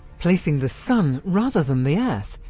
placing the sun rather, than the earth,